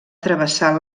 travessar